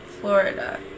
Florida